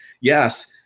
yes